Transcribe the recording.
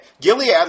Gilead